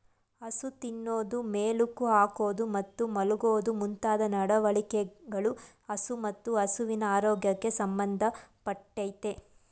ಹಸು ತಿನ್ನೋದು ಮೆಲುಕು ಹಾಕೋದು ಮತ್ತು ಮಲ್ಗೋದು ಮುಂತಾದ ನಡವಳಿಕೆಗಳು ಹಸು ಮತ್ತು ಹಸುವಿನ ಆರೋಗ್ಯಕ್ಕೆ ಸಂಬಂಧ ಪಟ್ಟಯ್ತೆ